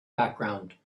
background